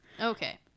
okay